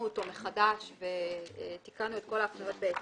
אותו מחדש ותיקנו את כל הדברים בהתאם.